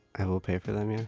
i will pay for them, yeah